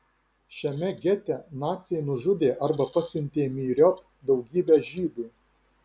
šiame gete naciai nužudė arba pasiuntė myriop daugybę žydų